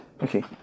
Okay